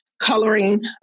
coloring